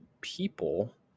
people